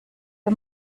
für